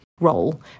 role